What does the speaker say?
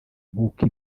nk’uko